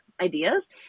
ideas